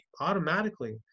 automatically